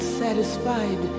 satisfied